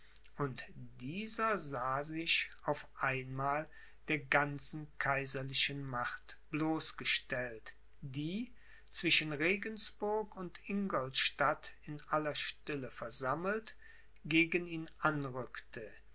und dieser sah sich auf einmal der ganzen kaiserlichen macht bloßgestellt die zwischen regensburg und ingolstadt in aller stille versammelt gegen ihn anrückte